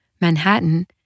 Manhattan